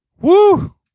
Woo